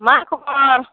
मा खबर